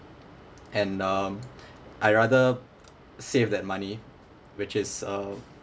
and um I rather save that money which is uh